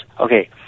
Okay